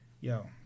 yo